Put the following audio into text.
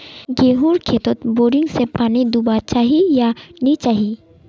गेँहूर खेतोत बोरिंग से पानी दुबा चही या नी चही?